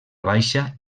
baixa